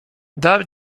dar